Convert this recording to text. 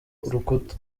urukuta